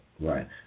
Right